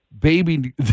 baby